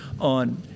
on